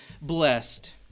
blessed